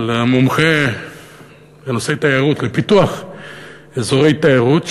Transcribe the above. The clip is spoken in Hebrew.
על מומחה בנושא תיירות ופיתוח אזורי תיירות,